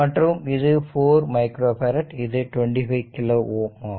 மற்றும் இது 4 micro farad இது 250 கிலோ ஓம் ஆகும்